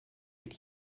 but